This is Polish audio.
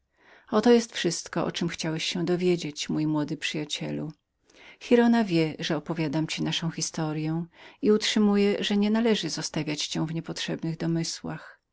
oto jest wszystko o czem chciałeś się dowiedzieć mój młody przyjacielu giralda wie że uwiadamiam cię o wszystkiem i utrzymuje że nienależy zostawiać cię w niepotrzebnych domysłach